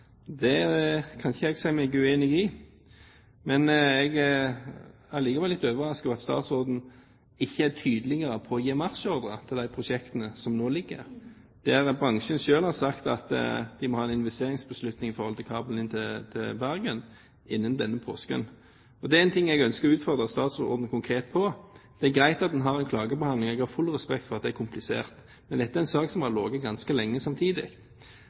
Det kan ikke jeg si meg uenig i, men jeg er likevel litt overrasket over at statsråden ikke er tydeligere på å gi marsjordre til de prosjektene som nå foreligger, der bransjen selv har sagt at de må ha en investeringsbeslutning i forhold til kabling inn til Bergen innen denne påsken. Det er noe som jeg ønsker å utfordre statsråden konkret på. Det er greit at en har en klagebehandling. Jeg har full respekt for at det er komplisert. Men dette er samtidig en sak som har ligget ganske lenge.